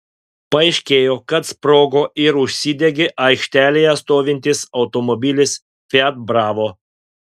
paaiškėjo kad sprogo ir užsidegė aikštelėje stovintis automobilis fiat bravo